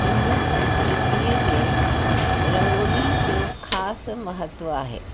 हिंदू संस्कृतिअ में रंगोली जो ख़ासि महत्तव आहे